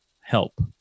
help